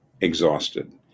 exhausted